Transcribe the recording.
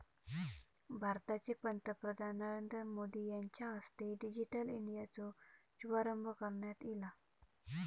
भारताचे पंतप्रधान नरेंद्र मोदी यांच्या हस्ते डिजिटल इंडियाचो शुभारंभ करण्यात ईला